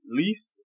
least